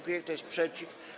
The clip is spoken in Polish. Kto jest przeciw?